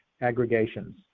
aggregations